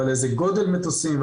ועל איזה גודל מטוסים,